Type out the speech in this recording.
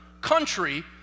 country